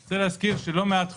אני רוצה להגיד שלא מעט חוקים,